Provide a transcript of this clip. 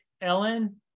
Ellen